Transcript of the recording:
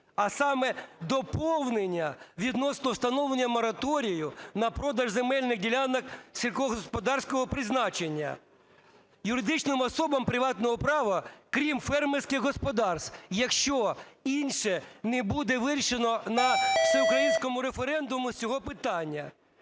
а саме: доповнення відносно встановлення мораторію на продаж земельних ділянок сільськогосподарського призначення юридичним особам приватного права, крім фермерських господарств, якщо інше не буде вирішено на всеукраїнському референдумі з цього питання.